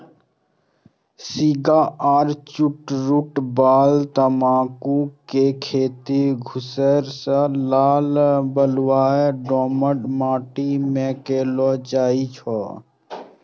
cigar आ चुरूट बला तंबाकू के खेती धूसर सं लाल बलुआही दोमट माटि मे कैल जाइ छै